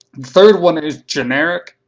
third one is generic.